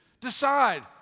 Decide